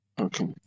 Okay